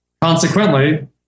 Consequently